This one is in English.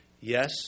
Yes